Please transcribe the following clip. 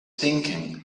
thinking